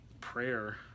prayer